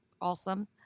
awesome